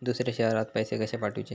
दुसऱ्या शहरात पैसे कसे पाठवूचे?